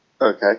Okay